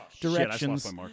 directions